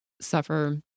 suffer